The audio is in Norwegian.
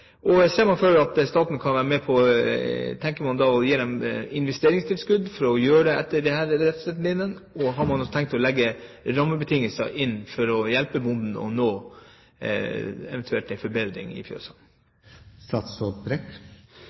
man for seg at staten tenker å gi investeringstilskudd for å følge disse retningslinjene, og har man tenkt å legge inn rammebetingelser for å hjelpe bonden eventuelt å få en forbedring i